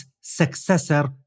successor